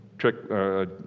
Trick